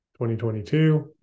2022